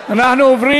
עוברים